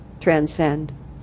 transcend